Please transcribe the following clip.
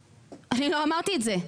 אני לא אמרתי את זה.